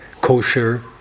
kosher